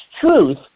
truth